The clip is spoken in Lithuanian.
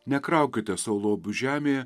nekraukite sau lobių žemėje